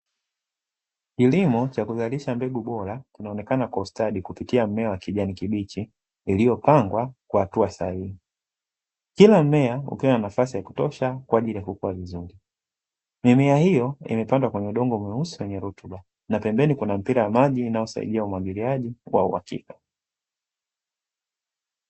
kilimo cha kuzalisha mbegu bora kikuoneka kwa ustadi kupitia mmea wa kijani kibichi, iliyopangwa kwa hatua sahihi, kila mmea ukiwa na nafasi ya kutosha kwaajili ya ukuaji mzuri, mimea hiyo imepandwa kwenye udongo mweusi na wenye rutuba na pembeni kuna mpra wa maji unaosaidia umwajiliaji kwa uhakika.